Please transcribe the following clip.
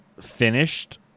finished